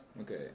okay